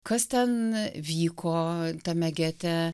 kas ten vyko tame gete